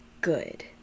good